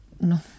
No